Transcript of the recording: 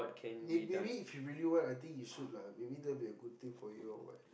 if maybe if you really work I think you should lah maybe that will be a good thing for you or what